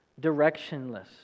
directionless